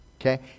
Okay